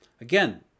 Again